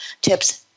tips